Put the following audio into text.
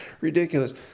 ridiculous